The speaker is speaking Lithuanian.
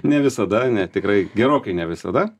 ne visada ne tikrai gerokai ne visada